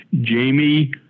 Jamie